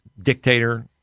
dictator